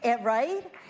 Right